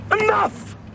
Enough